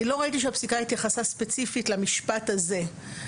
אני לא ראיתי שהפסיקה התייחסה ספציפית למשפט הזה.